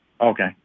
Okay